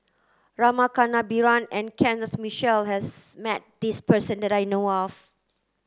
Rama Kannabiran and Kenneth Mitchell has met this person that I know of